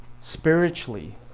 spiritually